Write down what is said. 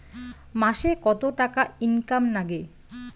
মাসে কত টাকা ইনকাম নাগে?